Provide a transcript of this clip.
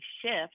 shift